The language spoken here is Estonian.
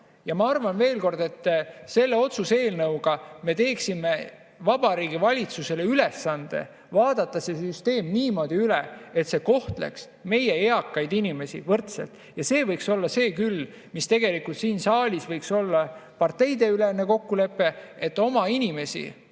Ma arvan veel kord, et selle otsuse eelnõuga me teeksime Vabariigi Valitsusele ülesande vaadata see süsteem niimoodi üle, et see kohtleks meie eakaid inimesi võrdselt, ja see võiks olla küll see, mis siin saalis võiks olla parteideülene kokkulepe, et me oma inimestel,